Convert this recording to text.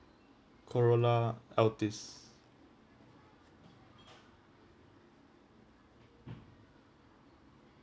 Corolla Altis